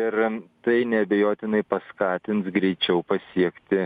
ir tai neabejotinai paskatins greičiau pasiekti